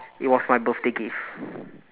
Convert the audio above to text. it was my birthday gift